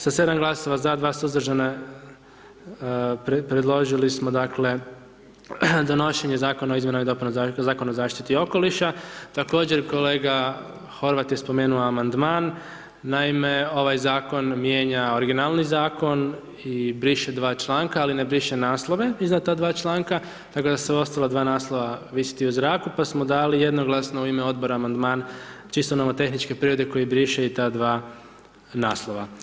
Sa 7 glasova za, 2 suzdržana predložili smo donošenje zakona o izmjenama i dopunama Zakona o zaštiti okoliša, također kolega Horvat je spomenuo amandman, naime, ovaj zakon mijenja originalni zakon i briše dva članka ali ne briše naslov iznad ta dva članka tako da su ostala sva naslova visiti u zraku pa smo dali jednoglasno u ime odbora amandman čisto nomotehničke prirode koji briše i ta dva naslova.